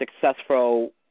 successful